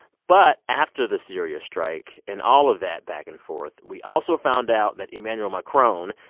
but after the syria strike and all of that back and forth, we also found out that emmanuel macron,